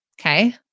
Okay